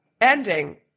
ending